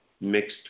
mixed